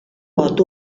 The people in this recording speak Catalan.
pot